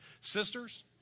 sisters